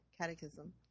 catechism